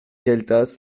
gueltas